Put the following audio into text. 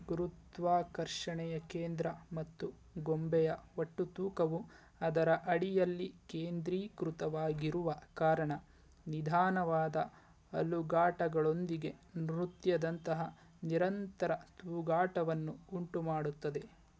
ಗುರುತ್ವಾಕರ್ಷಣೆಯ ಕೇಂದ್ರ ಮತ್ತು ಗೊಂಬೆಯ ಒಟ್ಟು ತೂಕವು ಅದರ ಅಡಿಯಲ್ಲಿ ಕೇಂದ್ರೀಕೃತವಾಗಿರುವ ಕಾರಣ ನಿಧಾನವಾದ ಅಲುಗಾಟಗಳೊಂದಿಗೆ ನೃತ್ಯದಂತಹ ನಿರಂತರ ತೂಗಾಟವನ್ನು ಉಂಟುಮಾಡುತ್ತದೆ